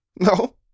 no